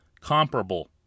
comparable